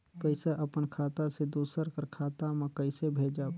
पइसा अपन खाता से दूसर कर खाता म कइसे भेजब?